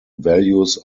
values